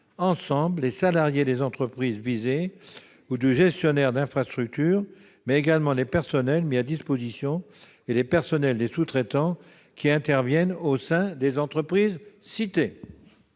incluant les salariés des entreprises visées ou du gestionnaire d'infrastructure, mais également les personnels mis à disposition ainsi que les personnels des sous-traitants qui interviennent au sein des entreprises citées.